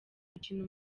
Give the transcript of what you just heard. gukina